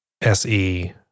SE